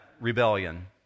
rebellion